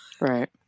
Right